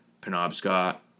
Penobscot